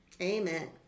Amen